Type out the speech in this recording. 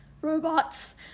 robots